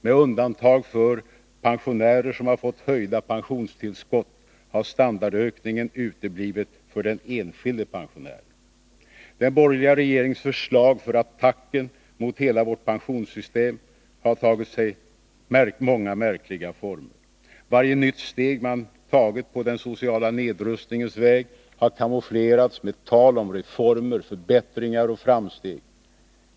Med undantag för pensionärer som har fått höjda pensionstillskott har standardökningen uteblivit för den enskilde pensionären. Den borgerliga regeringens försvar för attacken mot hela vårt pensionssystem har tagit sig många märkliga former. Varje nytt steg man tagit på den sociala nedrustningens väg har camouflerats med tal om reformer, förbättringar och framsteg.